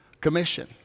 Commission